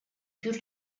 più